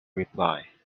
reply